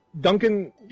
Duncan